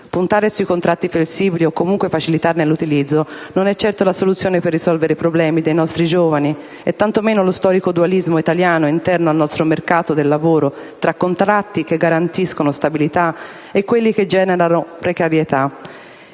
Puntare su contratti flessibili o comunque facilitarne l'utilizzo non è certo la soluzione per risolvere i problemi dei nostri giovani e tantomeno lo storico dualismo italiano interno al nostro mercato del lavoro tra contratti che garantisco stabilità e quelli che generano precarietà.